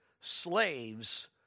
slaves